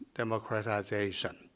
democratization